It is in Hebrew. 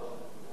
לצערי,